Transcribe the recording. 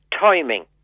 timing